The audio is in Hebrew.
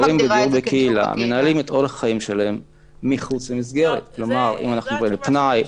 מנהלים את אורח חייהם מחוץ למסגרת פנאי,